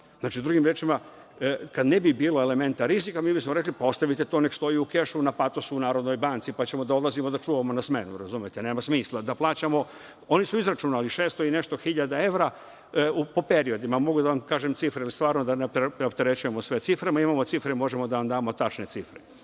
viđenju. Drugim rečima, kada ne bi bilo elementa rizika, mi bismo rekli – pa, ostavite to neka stoji u kešu na patosu u Narodnoj banci, pa ćemo da odlazimo da čuvamo na smenu. Razumete? Nema smisla da plaćamo. Oni su izračunali 600 hiljada evra po periodima. Mogu da vam kažem cifre, ali da ne preopterećujemo sve ciframa. Imamo cifre, možemo da vam damo tačne